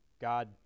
God